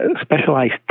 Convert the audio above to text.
specialized